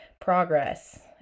progress